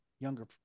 younger